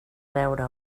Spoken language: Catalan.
veure